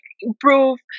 improve